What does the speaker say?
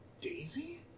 Daisy